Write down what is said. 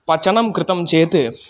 पचनं कृतं चेत्